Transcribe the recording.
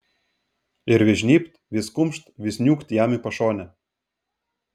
ir vis žnybt vis kumšt vis niūkt jam į pašonę